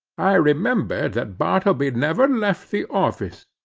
i remembered that bartleby never left the office.